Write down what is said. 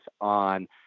on